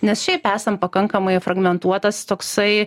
nes šiaip esam pakankamai fragmentuotas toksai